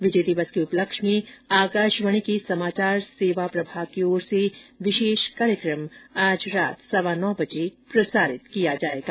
विजय दिवस के उपलक्ष्य में आकाशवाणी के समाचार सेवा प्रभाग की ओर से विशेष कार्यकम रात सवा नौ बजे प्रसारित किया जाएगा